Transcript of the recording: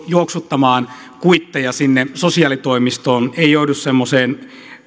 juoksuttamaan kuitteja sinne sosiaalitoimistoon ei joudu semmoiseen